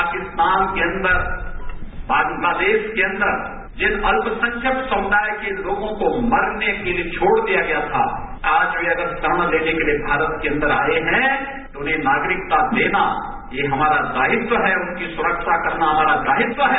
पाकिस्तान के अंदर बांग्लादेश के अंदर जिन अल्पसंख्यक समुदाय के लोगों को मरने के लिए छोड़ दिया गया था आज वे अगर शरण लेने के लिए भारत के अंदर आए हैं तो उन्हें नागरिकता देना ये हमारा दायित्व हैं उनकी सुरक्षा करना हमारा दायित्व है